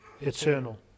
eternal